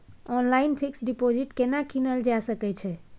Online fix deposit केना कीनल जा सकै छी?